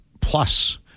plus